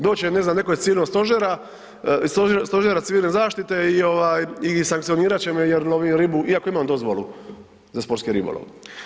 Doći će ne znam netko iz civilnog stožera iz stožera civilne zaštite i sankcionirat će me jer lovim ribu iako imam dozvolu za sportski ribolov.